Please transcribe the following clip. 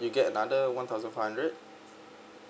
you get another one thousand five hundred